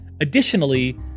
Additionally